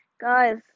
Guys